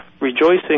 rejoicing